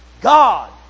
God